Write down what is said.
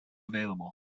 available